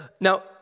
now